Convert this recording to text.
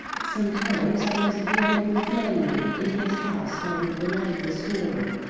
sometimes, i was again with mannion, in his house, on the night of the storm.